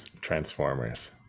Transformers